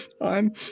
I'm